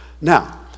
Now